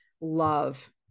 love